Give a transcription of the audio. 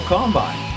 Combine